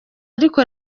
ariko